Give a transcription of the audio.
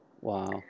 Wow